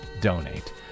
donate